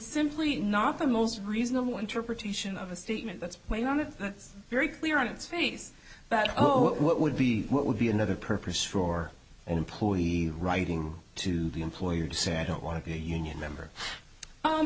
simply not the most reasonable interpretation of a statement that's weighing on it that's very clear on its face but oh what would be what would be another purpose for an employee writing to the employer to say i don't want to be a union member